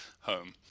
home